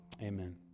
amen